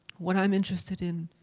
what i'm interested in,